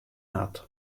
hat